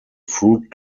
fruit